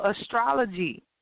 astrology